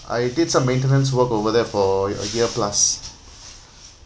I did some maintenance work over there for a year plus